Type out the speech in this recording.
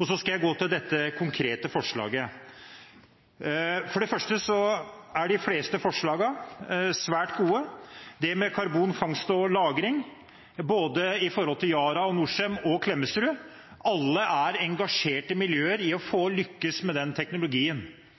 Så til det konkrete representantforslaget. For det første er de fleste forslagene svært gode. Når det gjelder karbonfangst og -lagring, er både Yara, Norcem og Klemetsrud engasjerte miljøer for å lykkes med den teknologien. Det er tre konkrete eksempler på at det er fullt ut mulig å